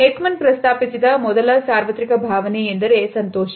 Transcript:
Ekman ಪ್ರಸ್ತಾಪಿಸಿದ ಮೊದಲ ಸಾರ್ವತ್ರಿಕ ಭಾವನೆ ಎಂದರೆ ಸಂತೋಷ